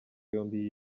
yombi